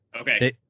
okay